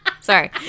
sorry